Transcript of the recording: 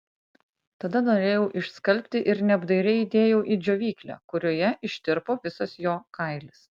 tada norėjau išskalbti ir neapdairiai įdėjau į džiovyklę kurioje ištirpo visas jo kailis